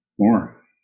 more